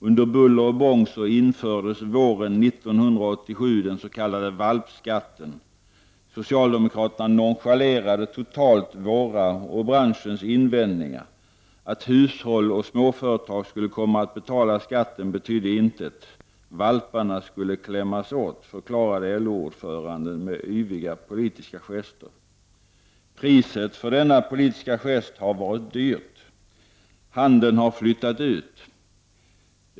Under buller och bång infördes våren 1987 den s.k. valpskatten. Socialdemokraterna nonchalerade totalt våra och branschens invändningar. Att hushåll och småföretag skulle komma att betala skatten betydde intet. ”Valparna” skulle klämmas åt, förklarade LO-ordföranden med yviga politiska gester. Priset för denna politiska gest har varit högt. Handeln har flyttat ut.